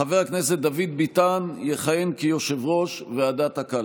חבר הכנסת דוד ביטן יכהן כיושב-ראש ועדת הקלפי.